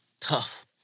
tough